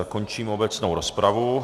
Končím obecnou rozpravu.